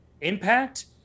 impact